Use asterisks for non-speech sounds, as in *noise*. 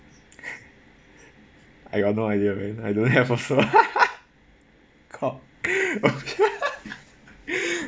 *laughs* I got no idea man I don't have also *laughs* *laughs*